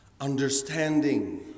understanding